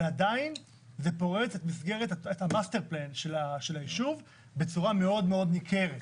אבל עדיין זה פורץ את ה master plan של היישוב בצורה מאוד ניכרת.